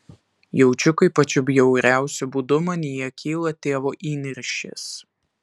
jaučiu kaip pačiu bjauriausiu būdu manyje kyla tėvo įniršis